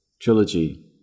trilogy